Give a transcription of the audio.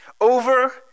Over